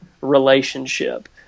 relationship